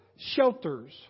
shelters